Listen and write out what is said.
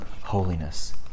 holiness